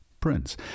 Prince